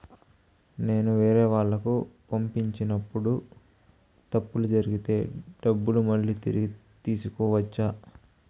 నేను వేరేవాళ్లకు పంపినప్పుడు తప్పులు జరిగితే డబ్బులు మళ్ళీ తిరిగి తీసుకోవచ్చా?